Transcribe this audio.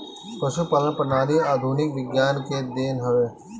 पशुपालन प्रणाली आधुनिक विज्ञान के देन हवे